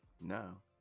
No